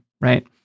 right